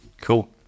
Cool